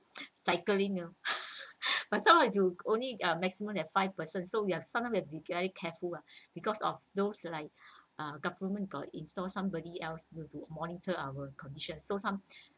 cycling you know but some have to only a maximum of five person so you have sometime be very careful ah because of those like uh government got install somebody else will to monitor our condition so some